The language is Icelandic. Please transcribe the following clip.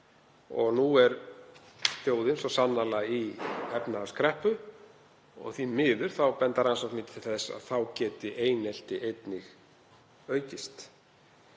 og nú er þjóðin svo sannarlega í efnahagskreppu og því miður benda rannsóknir til þess að þá geti einelti einnig aukist.